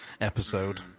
episode